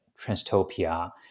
transtopia